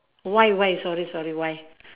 Y Y sorry sorry Y